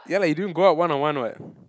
ya lah you don't go out one on one what